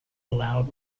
allowed